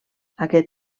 aquest